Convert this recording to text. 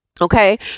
Okay